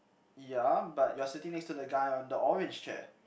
ya but you are sitting next to the guy on the orange chair